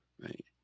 right